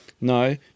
No